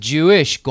Jewish